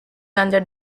under